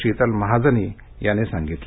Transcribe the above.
शीतल महाजनी यांनी सांगितलं